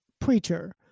preacher